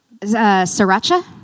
Sriracha